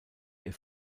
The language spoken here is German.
ihr